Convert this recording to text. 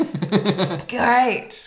great